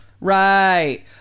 Right